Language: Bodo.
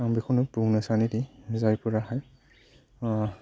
आं बेखौनो बुंनो सानोदि जायफोराहाय